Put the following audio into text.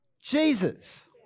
Jesus